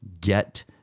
get